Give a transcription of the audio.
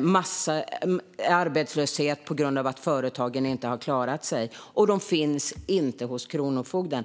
massarbetslöshet på grund av att företag inte klarar sig. De finns inte heller hos kronofogden.